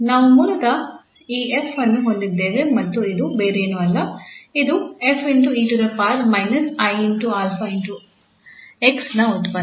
ನಾವು ಮೂಲತಃ ಈ 𝑓 ಅನ್ನು ಹೊಂದಿದ್ದೇವೆ ಮತ್ತು ಇದು ಬೇರೇನೂ ಅಲ್ಲ ಇದು 𝑓̂𝑒−𝑖𝛼𝑥 ನ ಉತ್ಪನ್ನ